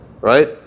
right